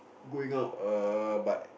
going out err but